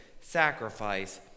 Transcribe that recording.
sacrifice